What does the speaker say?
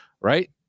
right